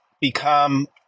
become